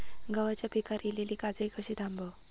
गव्हाच्या पिकार इलीली काजळी कशी थांबव?